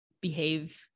behave